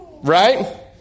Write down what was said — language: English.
right